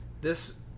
This